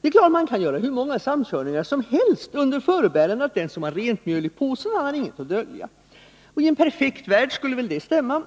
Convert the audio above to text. Det är klart att man kan göra hur många samkörningar som helst, under förebärande av att den som har rent mjöl i påsen inte har något att dölja. I en perfekt värld skulle väl detta stämma.